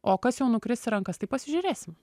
o kas jau nukris į rankas tai pasižiūrėsim